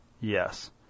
yes